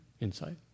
inside